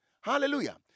Hallelujah